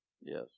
Yes